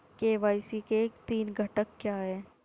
KYC के तीन घटक क्या हैं?